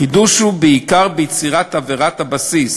החידוש הוא בעיקר ביצירת עבירת הבסיס